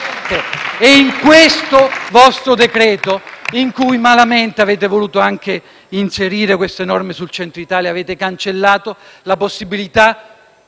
Con questo vostro decreto-legge, in cui malamente avete voluto anche inserire queste norme sul Centro Italia, avete cancellato la possibilità